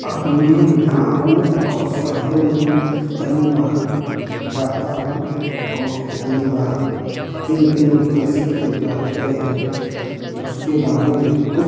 अपने गाँव और शहरों में कितनी बार जाता हूँ और कितनी बार किन किन उद्देश्यों के जाते हूँ उसके बारे में कुछ